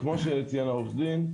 כמו שציין עורך הדין,